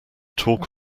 talk